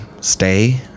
stay